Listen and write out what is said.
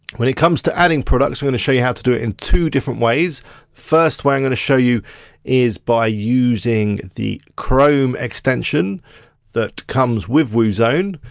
when it comes to adding products, i'm gonna show you how to do it in two different ways. the first way i'm gonna show you is by using the chrome extension that comes with woozone.